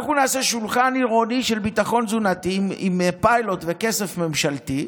אנחנו נעשה שולחן עירוני של ביטחון תזונתי עם פיילוט וכסף ממשלתי,